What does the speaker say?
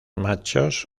machos